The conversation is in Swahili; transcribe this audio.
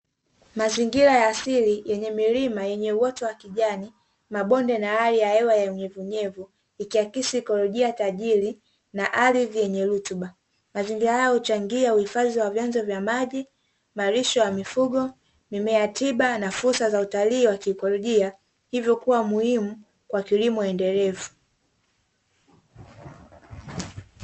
Mazingira ya asili yenye milima yenye uoto wa kijani mabonde na hali ya hewa yenye unyevuunyevu, ikiakisi ekologia tajiri na ardhi yenye rutuba mazingira hayo huchangia, uhifadhi wa vyanzo vya maji, malisho ya mifugo, mimea tiba na fursa za utalii wa kiekolojia hivyo kuwa muhimu wa kilimo endelevu.